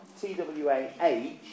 T-W-A-H